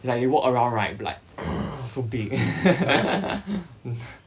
it's like you walk around right like so big